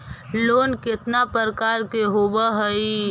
Loan केतना प्रकार के होव हइ?